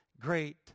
great